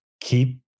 Keep